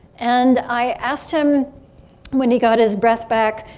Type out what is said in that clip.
and i asked him when he got his breath back.